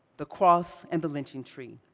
the cross and the lynching tree.